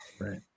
Right